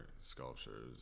sculptures